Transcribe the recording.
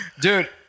Dude